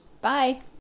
bye